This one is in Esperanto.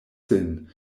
sin